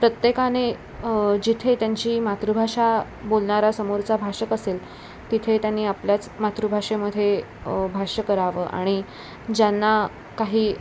प्रत्येकाने जिथे त्यांची मातृभाषा बोलणारा समोरचा भाषक असेल तिथे त्यांनी आपल्याच मातृभाषेमध्ये भाष्य करावं आणि ज्यांना काही